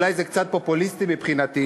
אולי זה קצת פופוליסטי מבחינתי,